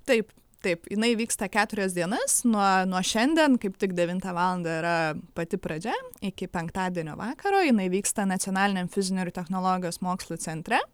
taip taip jinai vyksta keturias dienas nuo nuo šiandien kaip tik devintą valandą yra pati pradžia iki penktadienio vakaro jinai vyksta nacionaliniam fizinių ir technologijos mokslų centre